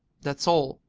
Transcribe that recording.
that's all.